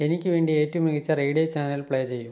എനിക്ക് വേണ്ടി ഏറ്റവും മികച്ച റേഡിയോ ചാനൽ പ്ലേ ചെയ്യൂ